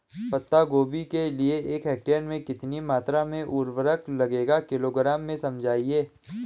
पत्ता गोभी के लिए एक हेक्टेयर में कितनी मात्रा में उर्वरक लगेगा किलोग्राम में समझाइए?